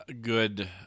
good